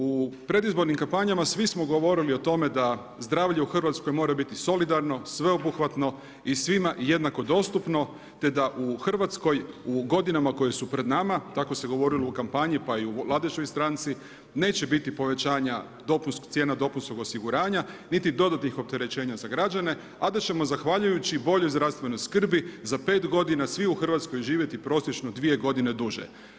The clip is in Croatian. U predizbornim kampanjama svi smo govorili o tome da zdravlje u Hrvatskoj mora biti solidarno, sveobuhvatno i svima jednako dostupno te da u Hrvatskoj u godinama koje su pred nama, tako se govorilo u kampanji pa i u … neće biti povećanja cijena dopunskog osiguranja niti dodatnih opterećenja za građane a da ćemo zahvaljujući boljoj zdravstvenoj skrbi za 5 godina svi u Hrvatskoj živjeti prosječno dvije godine duže.